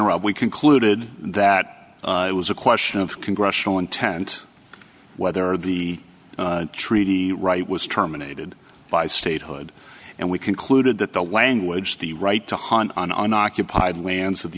around we concluded that it was a question of congressional intent whether the treaty right was terminated by statehood and we concluded that the language the right to hunt on unoccupied lands of the